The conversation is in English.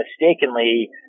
mistakenly